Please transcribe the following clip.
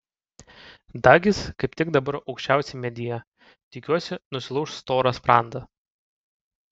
dagis kaip tik dabar aukščiausiai medyje tikiuosi nusilauš storą sprandą